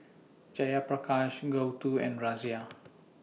Jayaprakash Gouthu and Razia